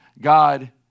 God